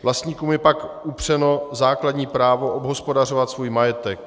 Vlastníkům je pak upřeno základní právo obhospodařovávat svůj majetek.